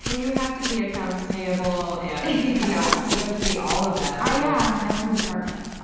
ah you have to be accounts payable. and you know you have to be all of that. yeah, i'm every department.